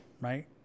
Right